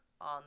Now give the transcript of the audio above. on